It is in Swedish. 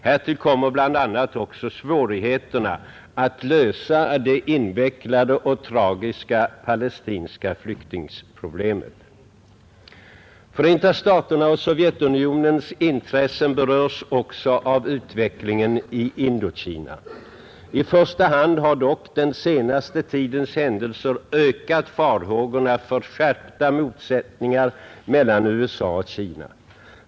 Härtill kommer bl.a. också svårigheterna att lösa det invecklade och tragiska palestinska flyktingproblemet. Förenta staternas och Sovjetunionens intressen berörs också av utvecklingen i Indokina. I första hand har dock den senaste tidens händelser ökat farhågorna för skärpta motsättningar mellan USA och Kina.